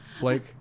Blake